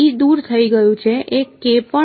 દૂર થઈ ગયા છે